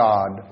God